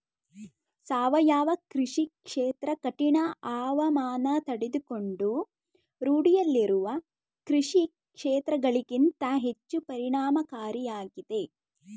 ಸಾವಯವ ಕೃಷಿ ಕ್ಷೇತ್ರ ಕಠಿಣ ಹವಾಮಾನ ತಡೆದುಕೊಂಡು ರೂಢಿಯಲ್ಲಿರುವ ಕೃಷಿಕ್ಷೇತ್ರಗಳಿಗಿಂತ ಹೆಚ್ಚು ಪರಿಣಾಮಕಾರಿಯಾಗಿದೆ